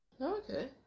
Okay